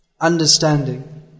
understanding